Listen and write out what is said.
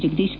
Jagadish